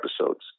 episodes